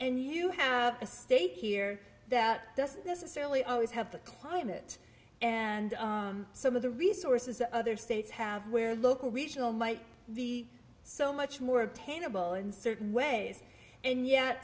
and you have a state here that doesn't necessarily always have the climate and some of the resources other states have where local regional might be so much more attainable in certain ways and yet